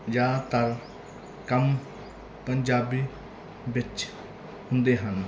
ਜ਼ਿਆਦਾਤਰ ਕੰਮ ਪੰਜਾਬੀ ਵਿੱਚ ਹੁੰਦੇ ਹਨ